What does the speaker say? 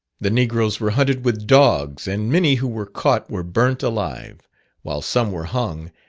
the negroes were hunted with dogs, and many who were caught were burnt alive while some were hung,